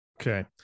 Okay